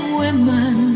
women